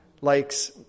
likes